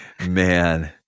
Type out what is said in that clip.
Man